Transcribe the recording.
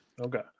Okay